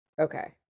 Okay